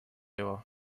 его